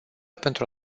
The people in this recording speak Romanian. pentru